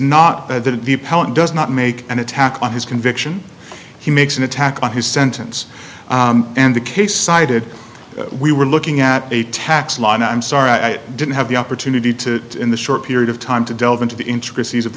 not that the parent does not make an attack on his conviction he makes an attack on his sentence and the case cited we were looking at a tax law and i'm sorry i didn't have the opportunity to in the short period of time to delve into the intricacies of